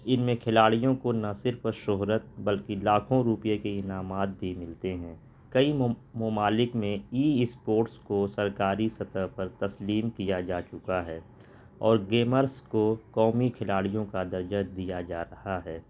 ان میں کھلاڑیوں کو نہ صرف شہرت بلکہ لاکھوں روپیے کے انعامات بھی ملتے ہیں کئی ممالک میں ای اسپورٹس کو سرکاری سطح پر تسلیم کیا جا چکا ہے اور گیمرس کو قومی کھلاڑیوں کا درجہ دیا جا رہا ہے